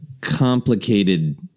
complicated